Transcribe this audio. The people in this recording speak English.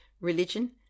religion